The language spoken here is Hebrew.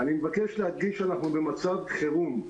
אני מבקש להדגיש שאנחנו במצב חרום.